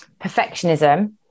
perfectionism